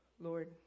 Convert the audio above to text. Lord